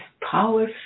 power